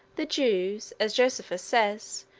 the jews, as josephus says,